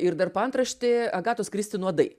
ir dar paantraštė agatos kristi nuodai